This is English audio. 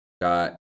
got